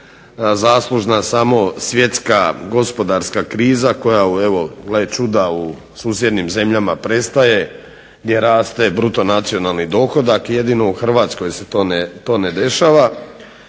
zaslužna samo svjetska gospodarska kriza koja gle čuda u susjednim zemljama prestaje, gdje raste bruto nacionalni dohodak jedino u Hrvatskoj se to ne dešava,